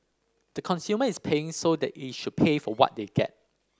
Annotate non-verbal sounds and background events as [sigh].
the consumer is paying so they [unintelligible] should pay for what they get